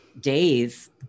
days